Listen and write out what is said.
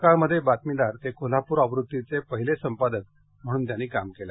सकाळमध्ये बातमीदार ते कोल्हापूर आवृत्तीचे पहिले संपादक म्हणून त्यांनी काम केलं